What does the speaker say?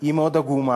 היא מאוד עגומה,